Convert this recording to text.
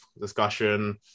discussion